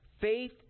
faith